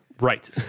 Right